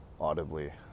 audibly